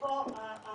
שפה מה